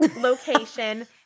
location